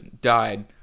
Died